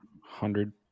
hundred